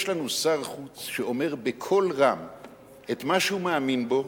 יש לנו שר חוץ שאומר בקול רם את מה שהוא מאמין בו,